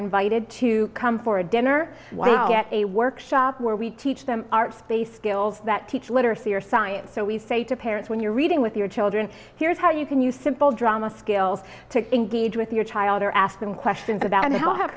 invited to come for a dinner at a workshop where we teach them art space skills that teach literacy or science so we say to parents when you're reading with your children here's how you can use simple drama skills to engage with your child or ask them questions about how have